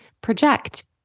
project